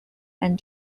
and